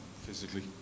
Physically